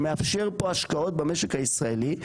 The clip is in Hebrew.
שמאפשר פה השקעות במשק הישראלי,